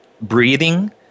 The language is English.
breathing